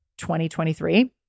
2023